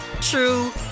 true